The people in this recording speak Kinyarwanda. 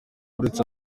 uretse